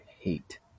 hate